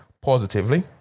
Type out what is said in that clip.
positively